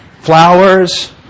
flowers